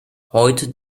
heute